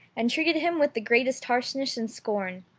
and treated him with the greatest harshness and scorn.